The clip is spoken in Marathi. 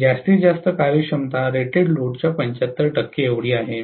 जास्तीत जास्त कार्यक्षमता रेटेड लोडच्या 75 टक्के आहे